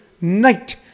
night